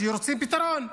שרוצים פתרון.